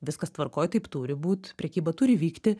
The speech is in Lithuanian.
viskas tvarkoj taip turi būt prekyba turi vykti